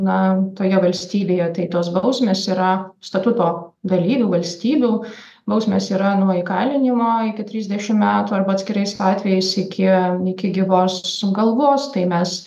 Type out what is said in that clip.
na toje valstybėje tai tos bausmės yra statuto dalyvių valstybių bausmės yra nuo įkalinimo iki trisdešim metų arba atskirais atvejais iki iki gyvos sugalvos tai mes